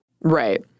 Right